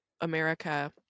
America